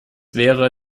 wäre